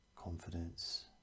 confidence